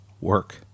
work